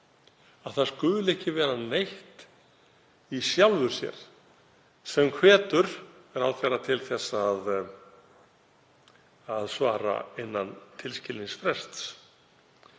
að það skuli ekki vera neitt í sjálfu sér sem hvetur ráðherra til að svara innan tilskilins frests.